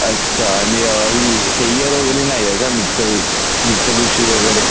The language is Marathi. अच्छा आणि ही हेय्यर वगैरे नाही आहे का मिट्टवी मिट्टबुशी वगैरे